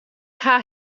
haw